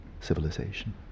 civilization